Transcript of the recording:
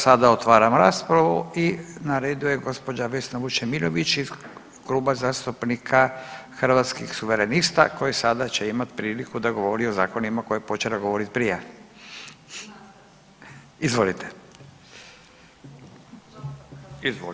Sada otvaram raspravu i na redu je gđa. Vesna Vučemilović iz Kluba zastupnika Hrvatskih suverenista koja sada će imat priliku da govori o zakonima koje je počela govorit prije, izvolite.